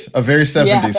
a very sad